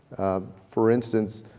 for instance,